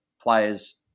players